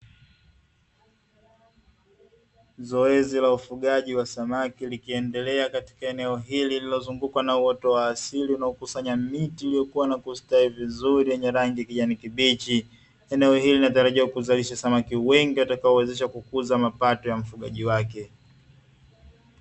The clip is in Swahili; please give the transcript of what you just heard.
Zoezi la ufugaji wa samaki likiendelea katika eneo hili lililozungukwa kwa uoto wa asili unayokusanya miti iliyokua na kustawi vizuri yenye rangi ya kijani kibichi. Eneo hili linatarajiwa kuzalisha samaki wengi watakao wezesha kukuza mapato ya mfugaji wake.